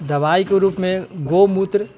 दवाइके रूपमे गौ मूत्र